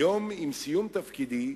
היום, עם סיום תפקידי,